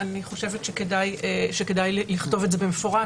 אני חושבת שכדאי לכתוב את זה במפורש.